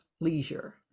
leisure